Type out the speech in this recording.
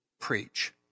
Preach